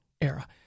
era